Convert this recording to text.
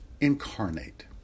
incarnate